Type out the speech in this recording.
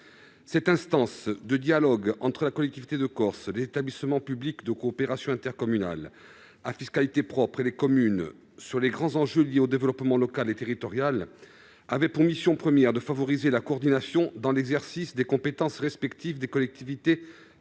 Cette instance de dialogue entre la collectivité de Corse, les établissements publics de coopération intercommunale à fiscalité propre et les communes sur les grands enjeux liés au développement local et territorial avait pour mission première de favoriser la coordination dans l'exercice des compétences respectives des collectivités territoriales